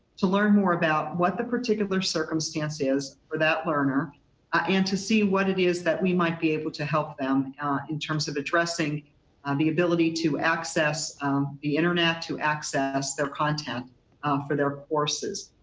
to learn more about what the particular circumstance is for that learner ah and to see what it is that we might be able to help them in terms of addressing and the ability to access the internet to access their content for their courses.